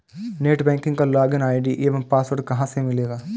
Net banking का login ID एवं password कहाँ से मिलेगा?